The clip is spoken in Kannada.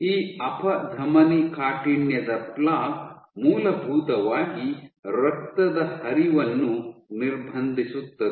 ಈ ಅಪಧಮನಿಕಾಠಿಣ್ಯದ ಪ್ಲೇಕ್ ಮೂಲಭೂತವಾಗಿ ರಕ್ತದ ಹರಿವನ್ನು ನಿರ್ಬಂಧಿಸುತ್ತದೆ